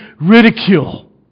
ridicule